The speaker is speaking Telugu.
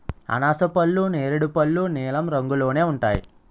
అనాసపళ్ళు నేరేడు పళ్ళు నీలం రంగులోనే ఉంటాయి